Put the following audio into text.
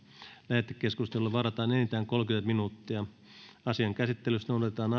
lähetekeskusteluun varataan enintään kolmekymmentä minuuttia asian käsittelyssä noudatetaan